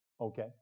Okay